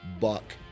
buck